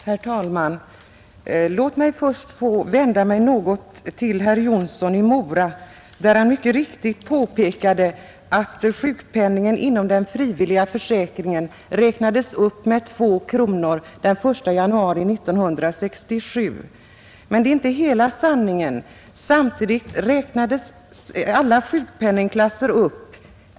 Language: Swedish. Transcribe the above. Herr talman! Låt mig först få vända mig till herr Jonsson i Mora. Han påpekade mycket riktigt att sjukpenningen inom den frivilliga försäkringen räknades upp med 2 kronor den 1 januari 1967. Men det är inte hela sanningen; samtidigt räknades alla sjukpenningklasser upp.